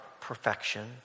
perfection